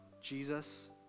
Jesus